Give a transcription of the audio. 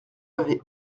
avait